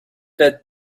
that